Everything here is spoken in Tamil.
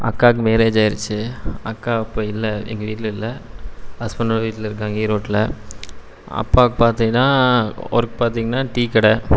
அக்காவுக்கு மேரேஜ் ஆகிருச்சு அக்கா இப்போ இல்லை எங்கள் வீட்டில் இல்லை ஹஸ்பண்டோடய வீட்டில் இருக்காங்க ஈரோட்டில் அப்பாவுக்கு பார்த்தீங்கன்னா ஒர்க் பார்த்தீங்கன்னா டீக்கடை